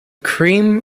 cream